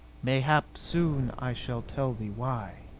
mayhap soon i shall tell thee why.